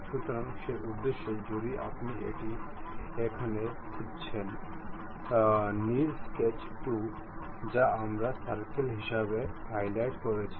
সুতরাং সেই উদ্দেশ্যে যদি আপনি এটি এখানে খুঁজছেন নীল স্কেচ 2 যা আমরা সার্কেল হিসাবে হাইলাইট করেছি